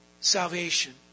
salvation